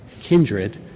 kindred